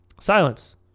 Silence